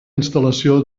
instal·lació